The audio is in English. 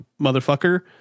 motherfucker